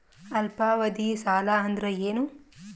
ಅಲ್ಪಾವಧಿ ಸಾಲ ಅಂದ್ರ ಏನು?